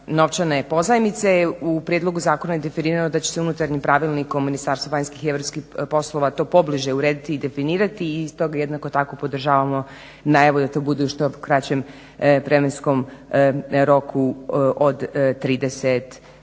novčane pozajmice u prijedlogu zakona je definirano da će se unutarnjim pravilnikom Ministarstva vanjskih i europskih poslova to pobliže urediti i definirati i iz toga jednako tako podržavamo najavu da to budu što kraće vremenskom roku od 30 dana.